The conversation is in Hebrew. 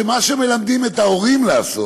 מה שמלמדים את ההורים לעשות,